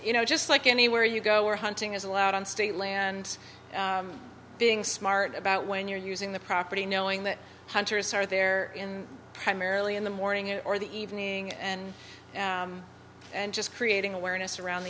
you know just like anywhere you go where hunting is allowed on state land being smart about when you're using the property knowing that hunters are there in primarily in the morning or the evening and and just creating awareness around